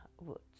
Woods